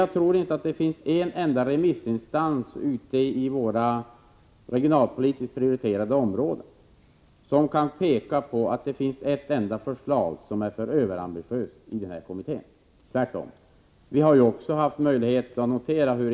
Jag tror inte att det finns en enda remissinstans ute i de regionalpolitiskt prioriterade områdena som kan finna ett enda överambitiöst förslag i kommitténs betänkande, tvärtom.